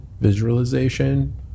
visualization